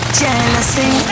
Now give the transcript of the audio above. jealousy